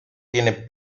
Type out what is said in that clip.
tiene